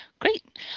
great